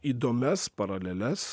įdomias paraleles